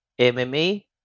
MMA